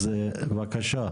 בבקשה,